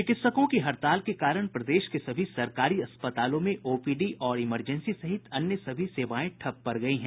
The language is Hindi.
चिकित्सकों की हड़ताल के कारण प्रदेश के सभी सरकारी अस्पतालों में ओपीडी और इमरजेंसी सहित अन्य सभी सेवाएं ठप पड़ गयी हैं